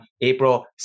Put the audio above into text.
April